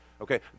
okay